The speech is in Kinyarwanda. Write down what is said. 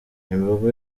imbogo